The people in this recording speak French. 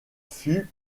fut